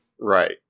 right